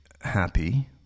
happy